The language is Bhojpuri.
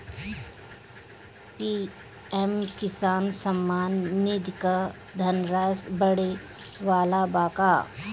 पी.एम किसान सम्मान निधि क धनराशि बढ़े वाला बा का?